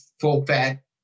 full-fat